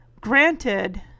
Granted